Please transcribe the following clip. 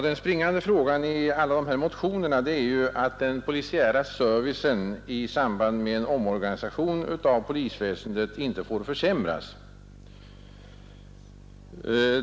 Den springande frågan i alla motionerna är att den polisiära servicen i samband med en omorganisation av polisväsendet inte får försämras.